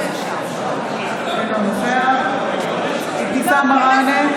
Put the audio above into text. אינו נוכח אבתיסאם מראענה,